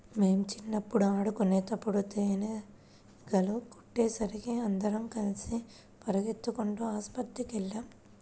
మేం చిన్నప్పుడు ఆడుకునేటప్పుడు తేనీగలు కుట్టేసరికి అందరం కలిసి పెరిగెత్తుకుంటూ ఆస్పత్రికెళ్ళాం